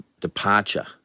departure